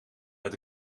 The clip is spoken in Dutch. met